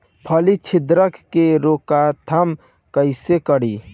फली छिद्रक के रोकथाम कईसे करी?